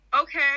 okay